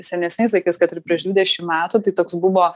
senesniais laikais kad ir prieš dvidešim metų tai toks buvo